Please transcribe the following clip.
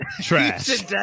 Trash